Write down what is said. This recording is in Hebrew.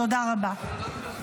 תודה רבה.